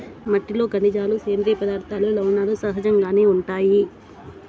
మట్టిలో ఖనిజాలు, సేంద్రీయ పదార్థాలు, లవణాలు సహజంగానే ఉంటాయి